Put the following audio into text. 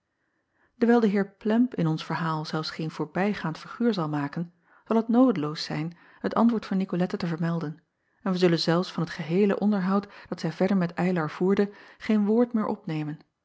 ewijl de eer lemp in ons verhaal zelfs geen voorbijgaand figuur zal maken zal het noodeloos zijn het antwoord van icolette te vermelden en wij zullen zelfs van het geheele onderhoud dat zij verder met ylar voerde geen woord meer opnemen